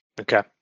Okay